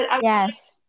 Yes